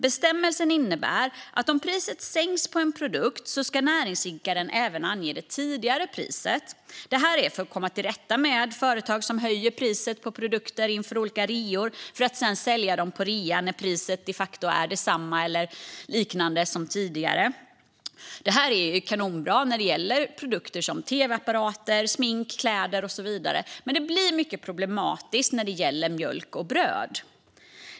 Bestämmelsen innebär att om priset sänks på en produkt ska näringsidkaren även ange det tidigare priset - detta för att komma till rätta med företag som höjer priset på produkter inför olika reor för att sedan sälja dem på rea fast priset de facto är detsamma eller liknande som tidigare. Det är kanonbra när det gäller produkter som tv-apparater, smink, kläder och så vidare. Men det blir mycket problematiskt när det gäller mjölk och bröd.